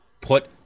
put